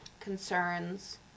concerns